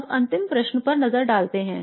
अब अंतिम प्रश्न पर नजर डालते हैं